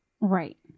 Right